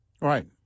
Right